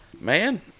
Man